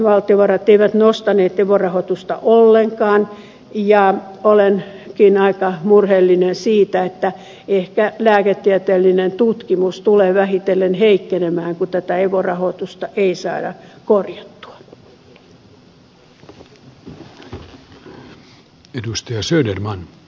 valtiovarat eivät nostaneet evo rahoitusta ollenkaan ja olenkin aika murheellinen siitä että ehkä lääketieteellinen tutkimus tulee vähitellen heikkenemään kun tätä evo rahoitusta ei saada korjattua